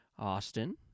Austin